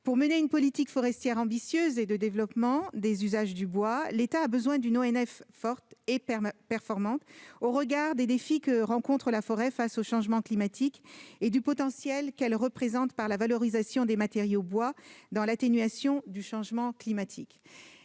Pour mener une politique forestière ambitieuse et de développement des usages du bois, l'État a besoin d'un ONF fort et performant au regard des défis que rencontre la forêt face au changement climatique et de son potentiel en termes de valorisation du bois et d'atténuation du changement climatique.